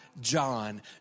John